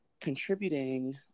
contributing